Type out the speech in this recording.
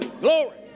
glory